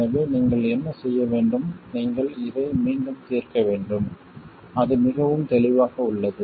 எனவே நீங்கள் என்ன செய்ய வேண்டும் நீங்கள் இதை மீண்டும் தீர்க்க வேண்டும் அது மிகவும் தெளிவாக உள்ளது